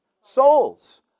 Souls